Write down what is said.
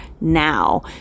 now